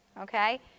Okay